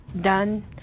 done